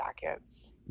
jackets